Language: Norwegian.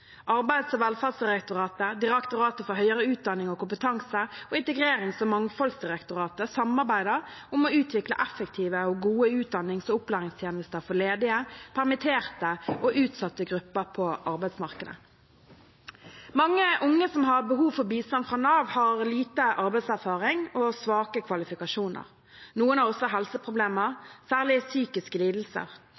Arbeids- og velferdsdirektoratet, Direktoratet for høyere utdanning og kompetanse og Integrerings- og mangfoldsdirektoratet samarbeider om å utvikle effektive og gode utdannings- og opplæringstjenester for ledige, permitterte og utsatte grupper på arbeidsmarkedet. Mange unge som har behov for bistand fra Nav, har liten arbeidserfaring og svake kvalifikasjoner. Noen har også helseproblemer,